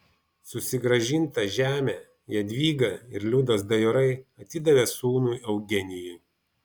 susigrąžintą žemę jadvyga ir liudas dajorai atidavė sūnui eugenijui